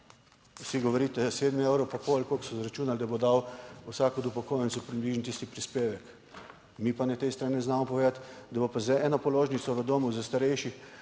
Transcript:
Vsi govorite, 7 evrov pa koli, koliko so izračunali, da bo dal vsak od upokojencev približno tisti prispevek, mi pa na tej strani ne znamo povedati, da bo pa z eno položnico v domu za starejše,